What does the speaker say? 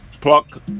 pluck